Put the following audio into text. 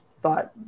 thought